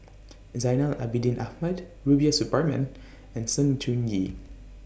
Zainal Abidin Ahmad Rubiah Suparman and Sng Choon Yee